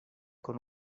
con